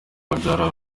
wabyara